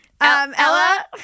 ella